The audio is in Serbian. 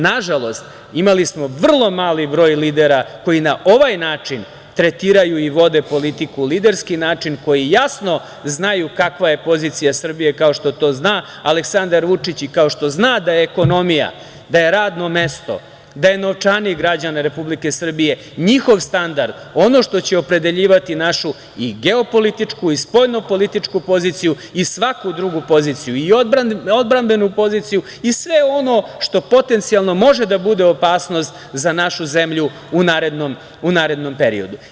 Nažalost, imali smo vrlo mali broj lidera koji na ovaj način tretiraju i vode politiku, liderski način, koji jasno znaju kakva je pozicija Srbije, kao što zna Aleksandar Vučić i kao što zna da je ekonomija, da je radno mesto, da je novčanik građana Republike Srbije, njihov standard ono što će opredeljivati našu i geopolitičku i spoljnopolitičku poziciju i svaku drugu poziciju i odbrambenu poziciju i sve ono što potencijalno može da bude opasnost za našu zemlju u narednom periodu.